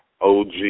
OG